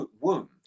womb